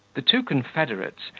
the two confederates,